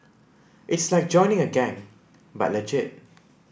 it's like joining a gang but legit